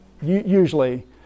usually